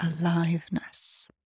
Aliveness